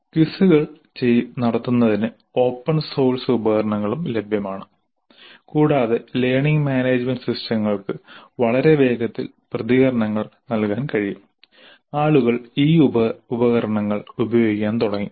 ക്വിസുകൾ നടത്തുന്നതിന് open source ഉപകരണങ്ങളും ലഭ്യമാണ് കൂടാതെലേണിംഗ് മാനേജ്മെന്റ് സിസ്റ്റങ്ങൾക്ക് വളരെ വേഗത്തിൽ പ്രതികരണങ്ങൾ നൽകാൻ കഴിയും ആളുകൾ ഈ ഉപകരണങ്ങൾ ഉപയോഗിക്കാൻ തുടങ്ങി